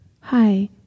Hi